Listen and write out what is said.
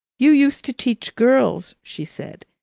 you used to teach girls, she said,